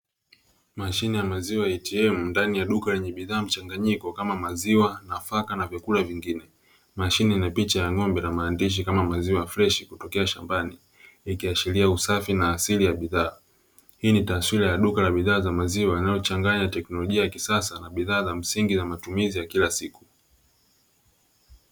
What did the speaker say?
Mashine ya maziwa “ATM” ndani ya duka lenye bidhaa mchanganyiko kam maziwa, nafaka na vyakula vingine. Mashine ina picha ya ng'ombe na maandishi kama maziwa freshi kutokea shambani ikiashiria usafi na asili ya bidhaa . Hii ni taswira ya duka la maziwa yanayochanganywa na teknolojia ya kisasa na bidhaa za msingi na matumizi ya kila siku.